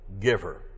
giver